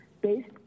Based